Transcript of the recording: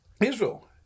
Israel